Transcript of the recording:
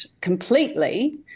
completely